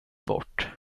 bort